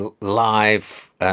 live